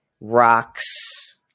rocks